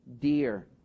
dear